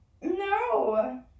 No